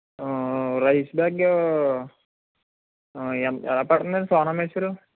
rice bag ఎలా పడుతుంది అండి సోనా మసూరి